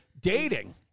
dating